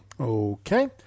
Okay